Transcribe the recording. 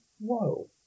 Whoa